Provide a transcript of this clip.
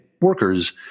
workers